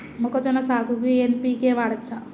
మొక్కజొన్న సాగుకు ఎన్.పి.కే వాడచ్చా?